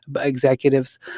executives